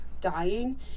dying